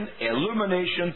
illumination